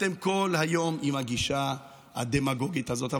אתם כל היום עם הגישה הדמגוגית הזאת.